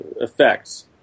effects